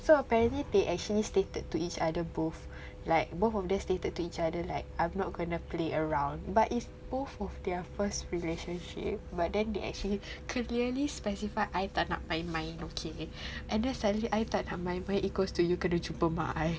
so apparently they actually stated to each other both like both of them stated to each other like I'm not gonna play around but is both of their first relationship but then they actually clearly specify I tak nak main main okay and then suddenly I tak nak main main equals to you kena jumpa mak I